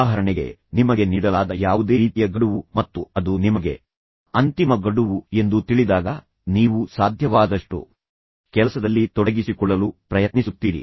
ಉದಾಹರಣೆಗೆ ನಿಮಗೆ ನೀಡಲಾದ ಯಾವುದೇ ರೀತಿಯ ಗಡುವು ಮತ್ತು ಅದು ನಿಮಗೆ ಅಂತಿಮ ಗಡುವು ಎಂದು ತಿಳಿದಾಗ ನೀವು ಸಾಧ್ಯವಾದಷ್ಟು ಕೆಲಸದಲ್ಲಿ ತೊಡಗಿಸಿಕೊಳ್ಳಲು ಪ್ರಯತ್ನಿಸುತ್ತೀರಿ